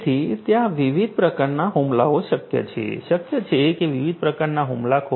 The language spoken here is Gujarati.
તેથી ત્યાં વિવિધ પ્રકારના હુમલાઓ શક્ય છે શક્ય છે કે વિવિધ પ્રકારના હુમલાખોરો